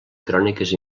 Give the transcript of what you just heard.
cròniques